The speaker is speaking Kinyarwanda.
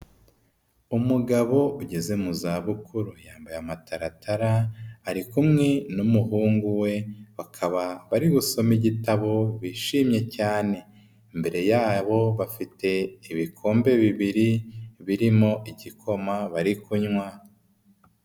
Umugabo ugeze mu zabukuru yambaye amataratara ari kumwe n'umuhungu we bakaba bari gusoma igitabo bishimye cyane, imbere yabo bafite ibikombe bibiri birimo igikoma bari kunywa.